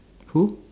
who